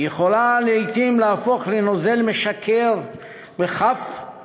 היא יכולה לעתים להפוך לנוזל משכר ומשקר,